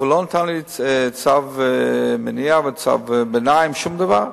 אבל הוא לא נתן לי צו מניעה וצו ביניים, שום דבר,